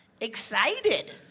Excited